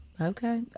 okay